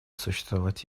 существовать